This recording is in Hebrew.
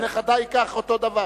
ונכדי כך, אותו הדבר.